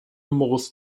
numerus